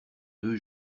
deux